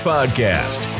Podcast